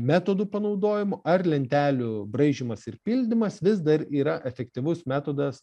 metodų panaudojimo ar lentelių braižymas ir pildymas vis dar yra efektyvus metodas